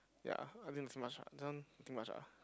ya I think it's too much ah this one too much ah